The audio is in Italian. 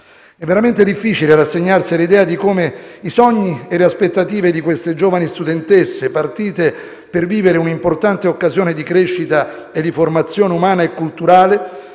È veramente difficile rassegnarsi all'idea di come i sogni e le aspettative di queste giovani studentesse, partite per vivere un'importate occasione di crescita e di formazione umana e culturale,